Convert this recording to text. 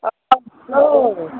অঁ হেল্ল'